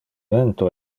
vento